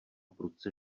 prudce